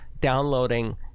downloading